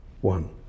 one